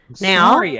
now